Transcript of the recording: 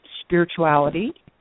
spirituality